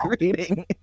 reading